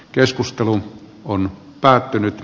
keskustelu on päättynyt